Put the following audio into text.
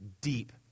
deep